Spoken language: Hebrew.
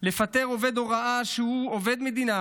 לפטר עובד הוראה שהוא עובד מדינה,